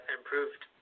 improved